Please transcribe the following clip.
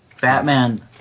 Batman